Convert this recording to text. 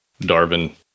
Darwin